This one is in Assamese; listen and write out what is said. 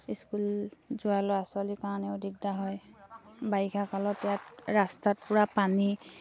ইস্কুল যোৱা ল'ৰা ছোৱালীৰ কাৰণেও দিগদাৰ হয় বাৰিষা কালত ইয়াত ৰাস্তাত পূৰা পানী